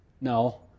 No